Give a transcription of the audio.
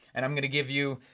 and i'm gonna give you,